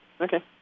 Okay